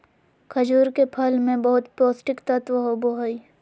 खजूर के फल मे बहुत पोष्टिक तत्व होबो हइ